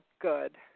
good